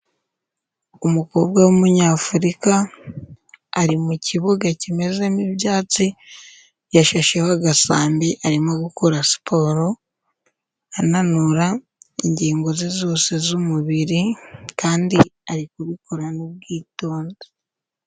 Umukobwa w'umunyafurika, ari mukibuga kimezemo ibyatsi, yashasheho agasambi arimo gukora siporo ananura ingingo ze zose z'umubiri kandi ari kubikorana ubwitonzi.